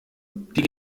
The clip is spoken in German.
die